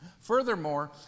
Furthermore